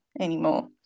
anymore